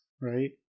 right